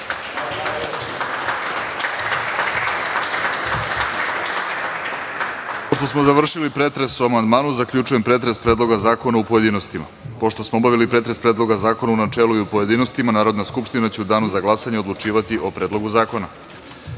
Pošto smo završili pretres o amandmanu, zaključujem pretres Predloga zakona u pojedinostima. Pošto smo obavili pretres Predloga zakona u načelu i u pojedinostima, Narodna skupština će u Danu za glasanje odlučivati o predlogu